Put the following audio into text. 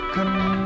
come